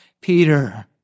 Peter